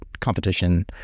competition